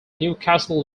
newcastle